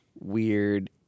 weird